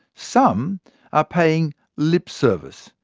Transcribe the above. some are paying lip service,